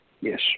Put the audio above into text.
Yes